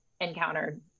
encountered